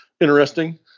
interesting